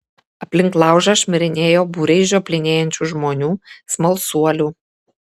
aplink laužą šmirinėjo būriai žioplinėjančių žmonių smalsuolių